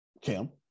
Kim